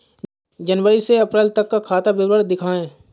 जनवरी से अप्रैल तक का खाता विवरण दिखाए?